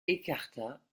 écarta